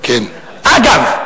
אגב,